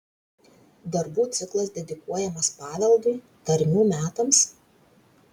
darbų ciklas dedikuojamas paveldui tarmių metams